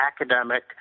academic